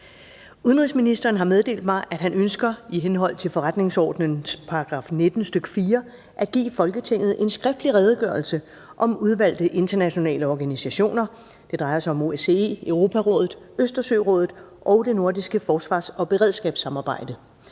Udenrigsministeren har meddelt mig, at han ønsker i henhold til forretningsordenens § 19, stk. 4, at give Folketinget en skriftlig Redegørelse om udvalgte internationale organisationer (OSCE, Europarådet, Østersørådet og det nordiske forsvars- og beredskabssamarbejde).